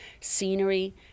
scenery